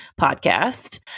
podcast